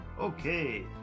Okay